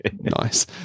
nice